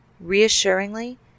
Reassuringly